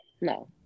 No